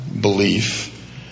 belief